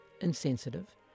insensitive